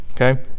Okay